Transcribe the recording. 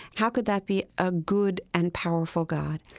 how could that be a good and powerful god?